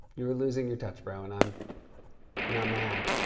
you're losing your touch, bro, and i'm not mad,